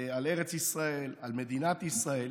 על ארץ ישראל, על מדינת ישראל.